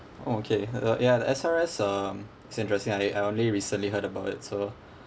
oh okay ya the S_R_S um is interesting I I only recently heard about it so